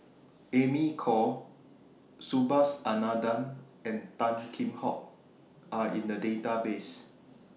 Amy Khor Subhas Anandan and Tan Kheam Hock Are in The Database